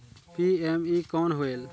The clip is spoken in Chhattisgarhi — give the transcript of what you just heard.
पी.एम.ई कौन होयल?